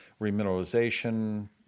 remineralization